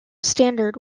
standard